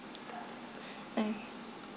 okay